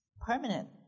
permanent